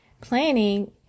Planning